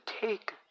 take